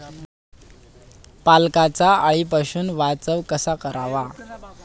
पालकचा अळीपासून बचाव कसा करावा?